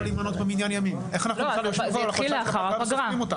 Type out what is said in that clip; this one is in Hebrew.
זה יתחיל לאחר הפגרה.